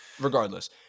Regardless